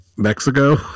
mexico